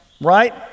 right